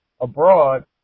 abroad